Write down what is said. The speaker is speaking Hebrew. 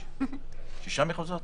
6 מחוזות?